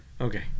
Okay